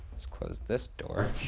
let's close this door.